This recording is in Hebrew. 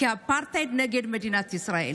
אפרטהייד נגד מדינת ישראל.